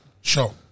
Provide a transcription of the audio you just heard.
show